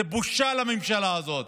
זו בושה לממשלה הזאת.